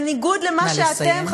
בניגוד למה שאתם,